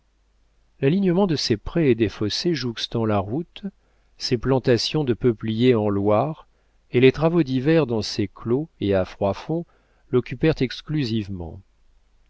religieuse l'alignement de ses prés et des fossés jouxtant la route ses plantations de peupliers en loire et les travaux d'hiver dans ses clos et à froidfond l'occupèrent exclusivement